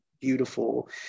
beautiful